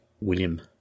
William